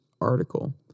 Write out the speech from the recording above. article